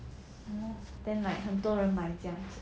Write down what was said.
orh